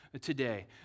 today